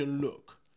look